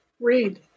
read